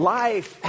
life